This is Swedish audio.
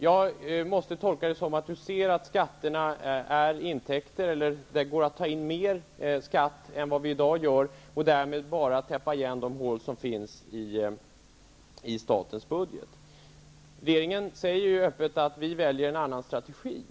Jag tolkar det som att Lars Bäckström ser skatterna som intäkter och att det går att ta in mer skatt än vad vi gör i dag för att täppa igen de hål som finns i statens budget. Regeringen säger öppet att den väljer en annan strategi.